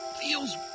feels